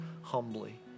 humbly